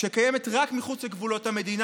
שקיימת רק מחוץ לגבולות המדינה,